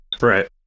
Right